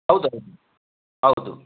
ಹೌದೌದು ಹೌದು